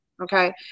Okay